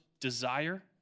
desire